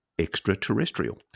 extraterrestrial